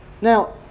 Now